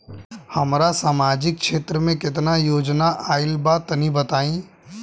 हमरा समाजिक क्षेत्र में केतना योजना आइल बा तनि बताईं?